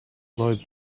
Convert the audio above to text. low